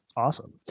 Awesome